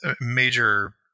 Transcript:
major